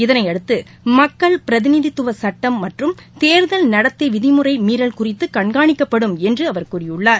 இதனையடுத்து மக்கள் பிரதிநிதித்துவ சுட்டம் மற்றும் தேர்தல் நடத்தை விதிமுறை மீறல் குறித்து கண்காணிக்கப்படும் கூறியுள்ளார்